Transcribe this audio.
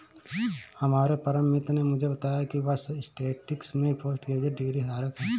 हमारे परम मित्र ने मुझे बताया की वह स्टेटिस्टिक्स में पोस्ट ग्रेजुएशन डिग्री धारक है